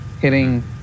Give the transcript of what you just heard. hitting